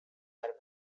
are